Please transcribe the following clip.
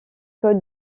codes